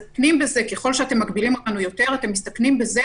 ככל שאתם מגבילים אותנו ביותר אתם מסתכנים בזה